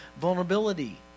vulnerability